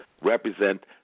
represent